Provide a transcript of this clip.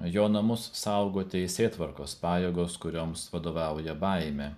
jo namus saugo teisėtvarkos pajėgos kurioms vadovauja baimė